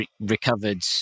recovered